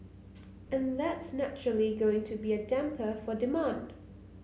and that's naturally going to be a damper for demand